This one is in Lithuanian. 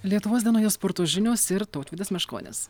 lietuvos dienoje sporto žinios ir tautvydas meškonis